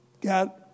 got